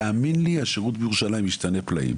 תאמין לי, השירות בירושלים ישתנה פלאים.